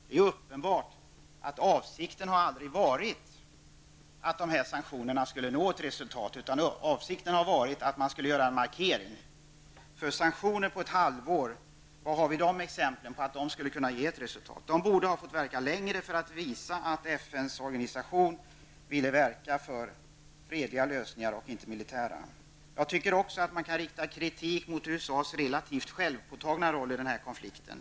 Det är uppenbart att avsikten aldrig har varit att dessa sanktioner skulle nå ett resultat, utan avsikten har varit att göra en markering. Var har vi exempel på att sanktioner på ett halvår skulle kunna ge ett resultat? Man borde ha låtit sanktionerna vara längre för att visa att FN ville verka för fredliga lösningar och inte militära. Jag tycker också att man kan rikta kritik mot USAs relativt självpåtagna roll i den här konflikten.